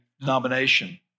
denomination